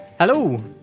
Hello